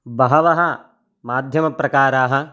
बहवः माध्यमप्रकाराः